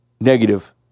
negative